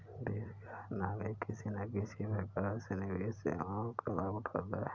देश का हर नागरिक किसी न किसी प्रकार से निवेश सेवाओं का लाभ उठाता है